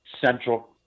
central